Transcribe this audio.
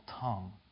tongue